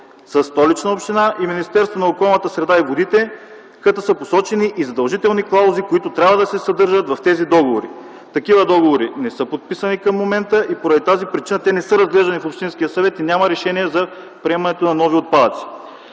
Столична община и Министерството на околната среда и водите, като са посочени и задължителни клаузи, които трябва да се съдържат в тези договори. Такива договори не са подписани към момента. По тази причина те не са разгледани в общинския съвет и няма решение за приемането на нови отпадъци.